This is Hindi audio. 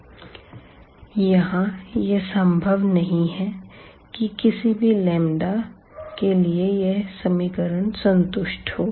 0 1 3 12 1 1 24 2 2 यहां यह संभव नहीं है कि किसी भी लंबदा λs के लिए यह इक्वेशन संतुष्ट हो